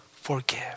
forgive